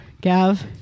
Gav